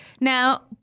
now